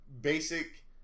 basic